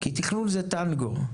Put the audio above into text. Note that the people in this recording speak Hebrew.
כי תכנון זה טנגו,